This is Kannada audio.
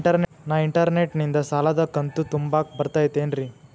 ನಾ ಇಂಟರ್ನೆಟ್ ನಿಂದ ಸಾಲದ ಕಂತು ತುಂಬಾಕ್ ಬರತೈತೇನ್ರೇ?